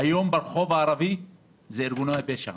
היום ברחוב הערבי זה ארגוני הפשע.